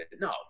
no